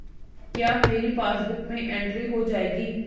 क्या मेरी पासबुक में एंट्री हो जाएगी?